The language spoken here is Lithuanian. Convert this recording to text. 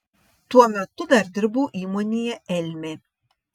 tuo metu dar dirbau įmonėje elmė